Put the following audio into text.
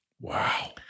wow